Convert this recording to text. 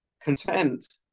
content